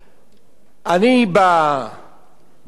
אני, באזור שלי,